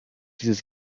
dieses